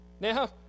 now